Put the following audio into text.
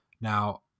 Now